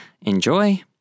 Enjoy